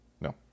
No